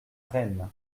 rennes